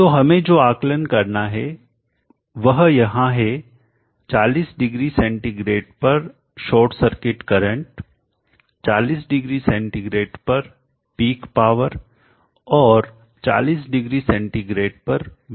तो हमें जो आकलन करना है वह यहां है 40 डिग्री सेंटीग्रेड पर short circuit current 40 degree centigrade पर पीक पावर और 40 डिग्री सेंटीग्रेड पर VOC